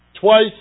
Twice